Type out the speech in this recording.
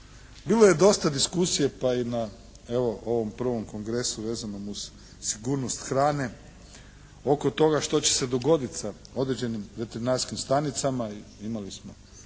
Bilo je dosta diskusije pa i na evo na ovom prvom kongresu vezanom uz sigurnost hrane oko toga što će se dogoditi sa određenim veterinarskim stanicama, imali smo,